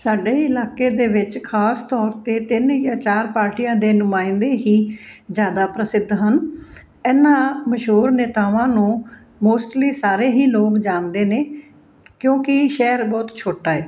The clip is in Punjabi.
ਸਾਡੇ ਇਲਾਕੇ ਦੇ ਵਿੱਚ ਖਾਸ ਤੌਰ 'ਤੇ ਤਿੰਨ ਜਾਂ ਚਾਰ ਪਾਰਟੀਆਂ ਦੇ ਨੁਮਾਇੰਦੇ ਹੀ ਜ਼ਿਆਦਾ ਪ੍ਰਸਿੱਧ ਹਨ ਇਹਨਾਂ ਮਸ਼ਹੂਰ ਨੇਤਾਵਾਂ ਨੂੰ ਮੋਸਟਲੀ ਸਾਰੇ ਹੀ ਲੋਕ ਜਾਣਦੇ ਨੇ ਕਿਉਂਕਿ ਸ਼ਹਿਰ ਬਹੁਤ ਛੋਟਾ ਏ